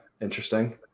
Interesting